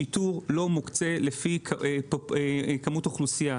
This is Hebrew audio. שיטור לא מוקצה לפי כמות אוכלוסייה.